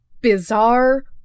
bizarre